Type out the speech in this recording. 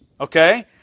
okay